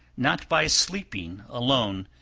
not by sleeping alone,